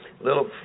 little